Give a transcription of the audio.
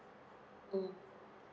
mm